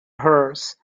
hers